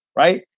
right.